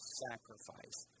sacrifice